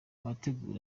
abategura